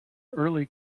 early